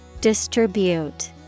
Distribute